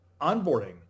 Onboarding